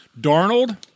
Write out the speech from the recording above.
darnold